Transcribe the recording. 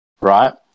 right